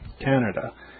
Canada